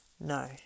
No